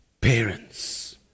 parents